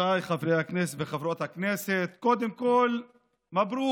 עמיתיי חברי הכנסת וחברות הכנסת, קודם כול מברוכ,